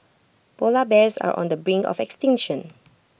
Polar Bears are on the brink of extinction